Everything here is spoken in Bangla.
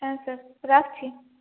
হ্যাঁ স্যার রাখছি